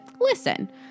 Listen